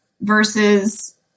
versus